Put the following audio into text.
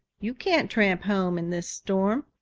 you can't tramp home in this storm.